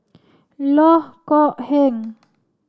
Loh Kok Heng